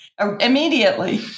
Immediately